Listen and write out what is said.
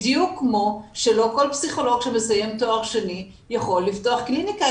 בדיוק כמו שלא כל פסיכולוג שמסיים תואר שני יכול לפתוח קליניקה,